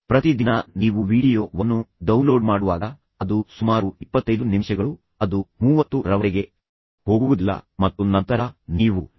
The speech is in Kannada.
ಪ್ರತಿ ದಿನ ನೀವು ವೀಡಿಯೊ ವನ್ನು ಡೌನ್ಲೋಡ್ ಮಾಡುವಾಗ ಅದು ಸುಮಾರು 25 ನಿಮಿಷಗಳು ಅದು 30 ರವರೆಗೆ ಹೋಗುವುದಿಲ್ಲ ಮತ್ತು ನಂತರ ನೀವು ಅದನ್ನು ನೋಡುತ್ತೀರಿ